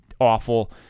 awful